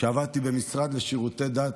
כשעבדתי במשרד לשירותי דת